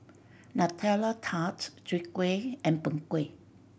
Nutella Tart Chwee Kueh and Png Kueh